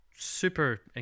super